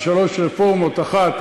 על שלוש רפורמות: האחת,